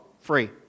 Free